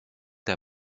der